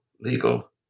legal